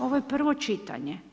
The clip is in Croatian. Ovo je prvo čitanje.